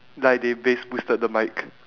like they bass boosted the mic